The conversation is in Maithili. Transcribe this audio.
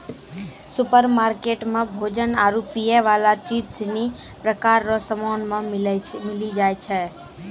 सुपरमार्केट मे भोजन आरु पीयवला चीज सनी प्रकार रो समान मिली जाय छै